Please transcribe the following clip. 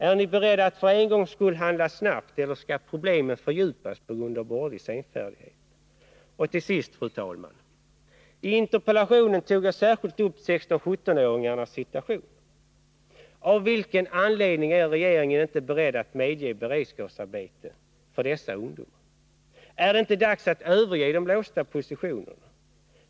Är ni beredda att för en gångs skull 157 handla snabbt, eller skall problemen fördjupas på grund av borgerlig senfärdighet? Till sist: I interpellationen tog jag särskilt upp 16-17-åringarnas situation. Av vilken anledning är regeringen inte beredd att medge beredskapsarbete för dessa ungdomar? Är det inte dags att överge de låsta positionerna?